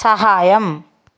సహాయం